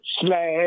slash